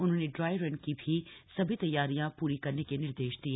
उन्होंने dry run की भी सभी तैयारियां पूरी करने के निर्देश दिये